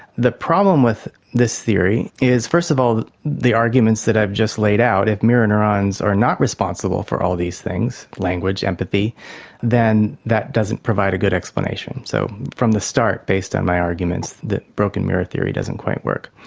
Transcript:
the problem with this theory is first of all the arguments that i've just laid out, if mirror neurons are not responsible for all these things language, empathy then that doesn't provide a good explanation. so from the start, based on my arguments, the broken mirror theory doesn't quite work.